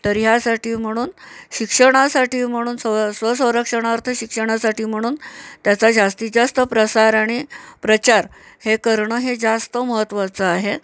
तर ह्यासाठी म्हणून शिक्षणासाठी म्हणून स्व स्वसंरक्षणार्थ शिक्षणासाठी म्हणून त्याचा जास्तीत जास्त प्रसार आणि प्रचार हे करणं हे जास्त महत्वाचं आहे